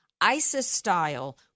ISIS-style